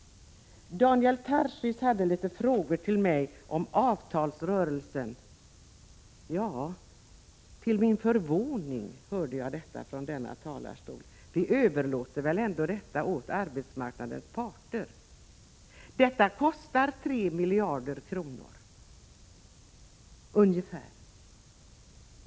Daniel Tarschys ställde några frågor till mig om avtalsrörelsen. Ja, till min förvåning hörde jag detta från denna talarstol. Vi överlåter väl ändå avtalsrörelsen åt arbetsmarknadens parter! Detta kostar ungefär 3 miljarder kronor.